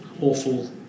awful